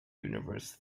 universe